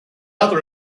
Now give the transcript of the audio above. other